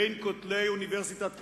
בין כותלי אוניברסיטת קהיר,